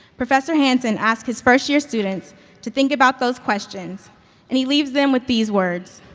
professor hanson asks his first year students to think about those questions and he leaves them with these words.